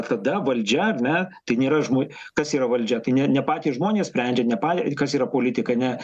tada valdžia ar ne tai nėra žmo kas yra valdžia tai ne ne patys žmonės sprendžia ne par kas yra politika ne